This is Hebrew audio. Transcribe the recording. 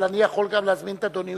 אבל אני יכול גם להזמין את אדוני,